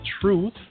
Truth